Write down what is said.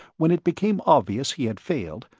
when it became obvious he had failed,